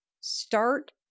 Start